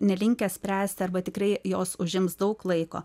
nelinkęs spręsti arba tikrai jos užims daug laiko